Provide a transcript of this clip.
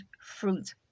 fruit